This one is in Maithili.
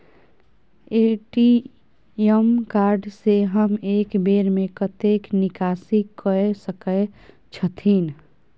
ए.टी.एम कार्ड से हम एक बेर में कतेक निकासी कय सके छथिन?